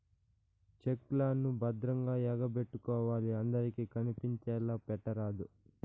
check లను భద్రంగా ఎగపెట్టుకోవాలి అందరికి కనిపించేలా పెట్టరాదు